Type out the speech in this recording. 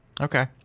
Okay